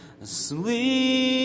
asleep